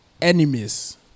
enemies